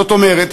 זאת אומרת,